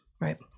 Right